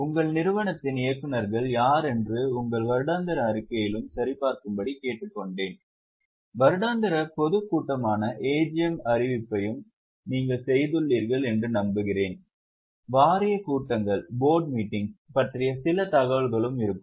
உங்கள் நிறுவனத்தின் இயக்குநர்கள் யார் என்று உங்கள் வருடாந்திர அறிக்கையிலும் சரிபார்க்கும்படி கேட்டுக்கொண்டேன் வருடாந்திர பொதுக் கூட்டமான AGM அறிவிப்பையும் நீங்கள் செய்துள்ளீர்கள் என்று நம்புகிறேன் வாரியக் கூட்டங்கள் பற்றிய சில தகவல்களும் இருக்கும்